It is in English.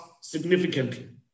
significantly